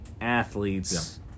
athletes